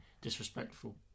disrespectful